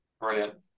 brilliant